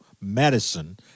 medicine